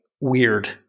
weird